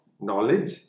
knowledge